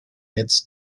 hits